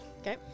Okay